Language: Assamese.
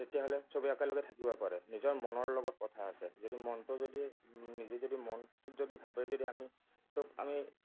তেতিয়া হ'লে চবেই একেলগে থাকিব পাৰে নিজৰ মনৰ লগত কথা আছে যদি মনটো যদি নিজে যদি মনটোত যদি ভাবে যদি আমি চব আমি